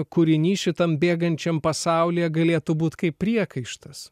kūrinys šitam bėgančiam pasaulyje galėtų būt kaip priekaištas